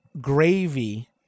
gravy